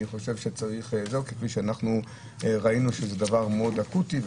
כפי שראינו, זה דבר אקוטי מאוד.